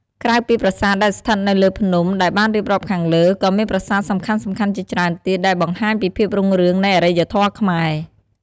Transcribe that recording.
ក្រៅពីប្រាសាទដែលស្ថិតនៅលើភ្នំដែលបានរៀបរាប់ខាងលើ ក៏មានប្រាសាទសំខាន់ៗជាច្រើនទៀតដែលបង្ហាញពីភាពរុងរឿងនៃអរិយធម៌ខ្មែរ។